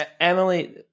Emily